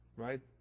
right?